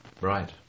right